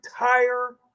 entire